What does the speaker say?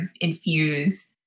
infuse